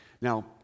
Now